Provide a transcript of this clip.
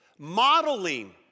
Modeling